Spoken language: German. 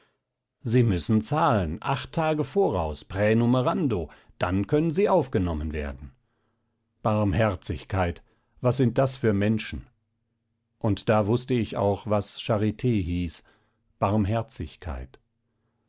sie müssen zahlen acht tage voraus pränumerando dann können sie aufgenommen werden barmherzigkeit was sind das für menschen und da wußte ich auch was charit hieß barmherzigkeit